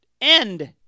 end